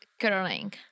curling